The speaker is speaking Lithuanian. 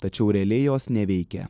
tačiau realiai jos neveikia